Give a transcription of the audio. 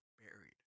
buried